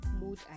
mood